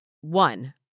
One